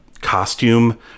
Costume